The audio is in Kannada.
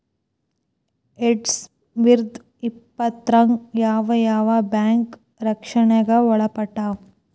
ಎರ್ಡ್ಸಾವಿರ್ದಾ ಇಪ್ಪತ್ತ್ರಾಗ್ ಯಾವ್ ಯಾವ್ ಬ್ಯಾಂಕ್ ರಕ್ಷ್ಣೆಗ್ ಒಳ್ಪಟ್ಟಾವ?